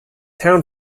town